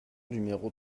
numéro